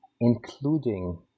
including